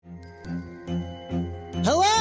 Hello